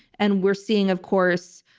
and we're seeing, of course,